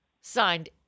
Signed